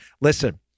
Listen